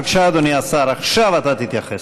בבקשה, אדוני השר, עכשיו אתה תתייחס.